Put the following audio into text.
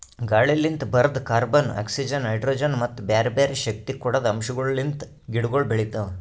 ಗಾಳಿಲಿಂತ್ ಬರದ್ carbon, oxygen, hydrogen ಮತ್ತ ಬ್ಯಾರೆ ಬ್ಯಾರೆ ಶಕ್ತಿ ಕೊಡದ್ ಅಂಶಗೊಳ್ ಲಿಂತ್ ಗಿಡಗೊಳ್ ಬೆಳಿತಾವ್